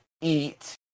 eat